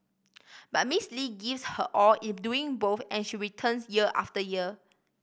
but Miss Lee gives her all in doing both and she returns year after year